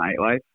nightlife